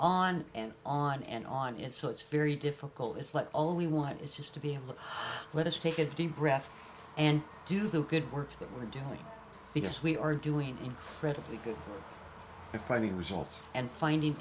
on and on and on and so it's very difficult it's like all we want is just to be able to let us take a deep breath and do the good work that we're doing because we are doing incredibly good at finding results and finding